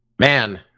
Man